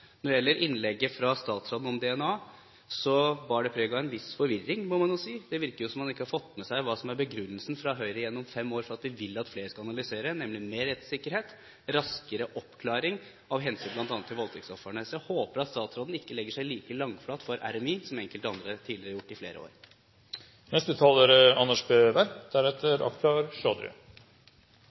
Når det gjelder innlegget fra statsråden om DNA, bar det preg av en viss forvirring, må man si. Det virker som om man ikke har fått med seg hva som er begrunnelsen fra Høyre gjennom fem år for at vi vil at flere skal analysere, nemlig mer rettssikkerhet og raskere oppklaring av hensyn til bl.a. voldtektsofrene. Jeg håper at statsråden ikke legger seg like langflat for Rettsmedisinsk institutt som enkelte andre har gjort i flere år. Vi nærmer oss vel etter hvert slutten på justisdebatten. Når vi debatterer budsjett, er